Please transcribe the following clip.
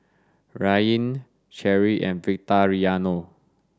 Ryne Cherie and Victoriano